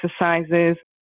exercises